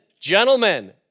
gentlemen